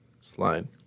slide